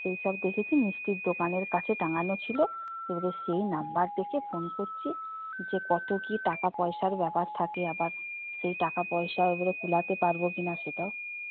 সেই সব দেখেছি মিষ্টির দোকানের কাছে টাঙানো ছিল এবারে সেই নাম্বার দেখে ফোন করছি যে কত কী টাকাপয়সার ব্যাপার থাকে আবার সেই টাকাপয়সা এবারে কুলোতে পারব কি না সেটাও